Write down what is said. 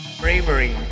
Bravery